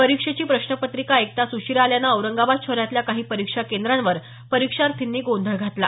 परीक्षेची प्रश्न पत्रिका एक तास उशिरा आल्यानं औरंगाबाद शहरातल्या काही परीक्षा केंद्रांवर परीक्षार्थींनी गोंधळ घातला